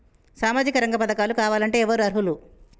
సామాజిక రంగ పథకాలు కావాలంటే ఎవరు అర్హులు?